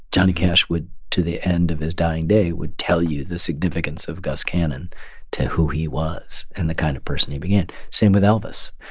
johnny cash would, to the end of his dying day, would tell you the significance of gus cannon to who he was and the kind of person he began. same with elvis.